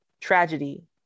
tragedy